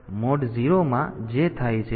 તેથી મોડ 0 માં જે થાય છે તે આ છે